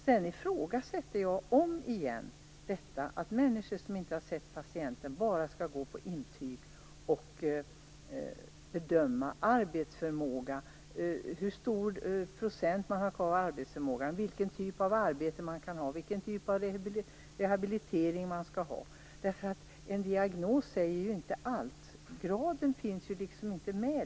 Sedan ifrågasätter jag omigen att människor som inte har sett patienten bara skall utgå från intyg och bedöma hur stor del av arbetsförmågan som finns kvar, vilken typ av arbete som patienten kan ha, och vilken typ av rehabilitering som patienten skall ha. En diagnos säger ju inte allt. Graden finns ju inte med.